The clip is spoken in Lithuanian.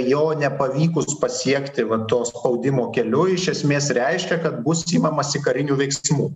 jo nepavykus pasiekti va to spaudimo keliu iš esmės reiškia kad bus imamasi karinių veiksmų